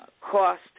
cost